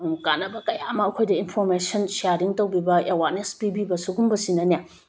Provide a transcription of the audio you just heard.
ꯀꯥꯟꯅꯕ ꯀꯌꯥ ꯑꯃ ꯑꯩꯈꯣꯏꯗ ꯏꯟꯐꯣꯔꯃꯦꯁꯟ ꯁꯤꯌꯥꯔꯤꯡ ꯇꯧꯕꯤꯕ ꯑꯋꯦꯔꯅꯦꯁ ꯄꯤꯕꯤꯕ ꯁꯤꯒꯨꯝꯕꯁꯤꯅꯅꯦ